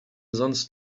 sonst